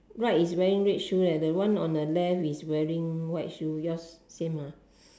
right is wearing red shoe right the one on the left is wearing white shoe yours same ah